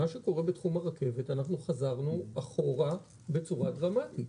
בתחום הרכבת אנחנו חזרנו אחורה בצורה דרמטית.